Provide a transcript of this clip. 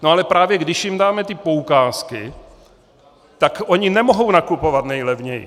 Ale právě když jim dáme ty poukázky, tak oni nemohou nakupovat nejlevněji.